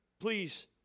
please